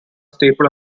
staple